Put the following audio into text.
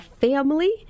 family